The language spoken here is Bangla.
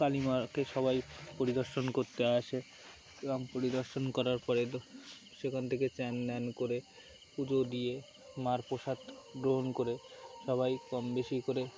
কালীমাকে সবাই পরিদর্শন করতে আসে পরিদর্শন করার পরে সেখান থেকে চান টান করে পুজো দিয়ে মার প্রসাদ গ্রহণ করে সবাই কম বেশি করে